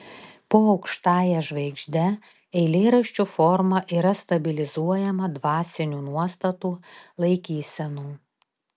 po aukštąja žvaigžde eilėraščių forma yra stabilizuojama dvasinių nuostatų laikysenų